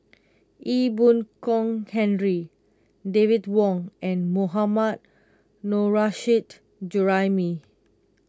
Ee Boon Kong Henry David Wong and Mohammad Nurrasyid Juraimi